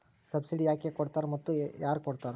Subsidy ಯಾಕೆ ಕೊಡ್ತಾರ ಮತ್ತು ಯಾರ್ ಕೊಡ್ತಾರ್?